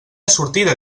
sortida